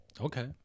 Okay